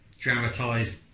Dramatised